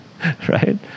right